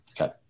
Okay